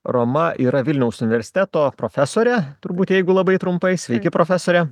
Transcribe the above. roma yra vilniaus universiteto profesorė turbūt jeigu labai trumpai sveiki profesore